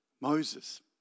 Moses